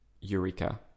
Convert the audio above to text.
Eureka